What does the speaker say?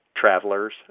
travelers